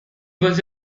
was